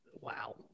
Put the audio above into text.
Wow